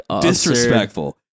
Disrespectful